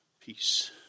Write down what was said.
Peace